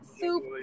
soup